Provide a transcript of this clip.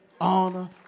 honor